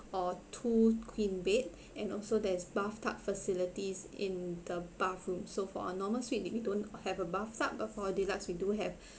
or two queen bed and also there's bathtub facilities in the bathroom so for a normal suite we don't have a bathtub but for deluxe we do have